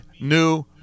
new